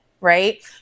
right